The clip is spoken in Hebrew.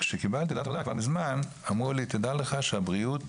הם חשבו בכלל